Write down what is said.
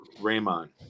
Raymond